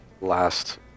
last